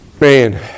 Man